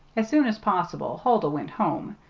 as soon as possible huldah went home.